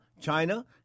China